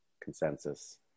consensus